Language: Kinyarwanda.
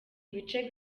ibice